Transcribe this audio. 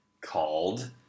called